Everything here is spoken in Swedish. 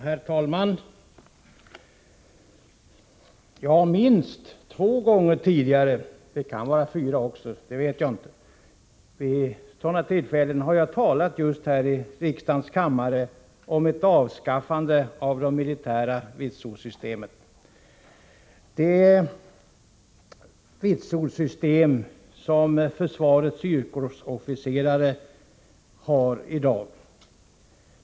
Herr talman! Minst två gånger tidigare — det kan vara fyra också, jag vet inte — har jag talat i riksdagens kammare om ett avskaffande av det militära vitsordssystemet, det betygssystem som nu gäller för försvarets yrkesofficerare.